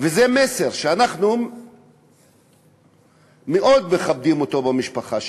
וזה מסר שאנחנו מאוד מכבדים במשפחה שלנו.